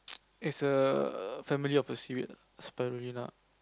it's a family of a seaweed ah Spirulina